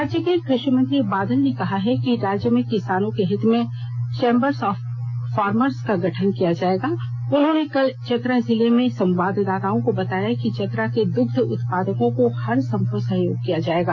राज्य के कृषि मंत्री बादल ने कहा है कि राज्य में किसानों के हित में चौंबर्स ऑफ फार्मर्स का गठन किया जाएगा उन्होंने कल चतरा जिले में संवाददाताओं को बताया कि चतरा को दुग्ध उत्पादकों को हर संभव सहयोग किया जाएगा